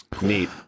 Neat